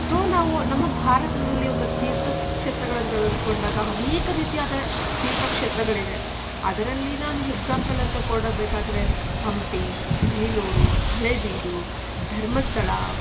so ನಾವು ನಮ್ಮ ಭಾರತದಲ್ಲಿ ಒಂದು ತೀರ್ಥ ಸ್ ಕ್ಷೇತ್ರಗಳನ್ನು ತೆಗೆದುಕೊಂಡಾಗ ಅನೇಕ ರೀತಿಯಾದ ತೀರ್ಥಕ್ಷೇತ್ರಗಳಿವೆ ಅದರಲ್ಲಿ ನಾನು ಎಗ್ಸಾಂಪಲ್ ಅಂತ ಕೊಡಬೇಕಾದರೆ ಹಂಪಿ ಬೇಲೂರು ಹಳೆಬೀಡು ಧರ್ಮಸ್ಥಳ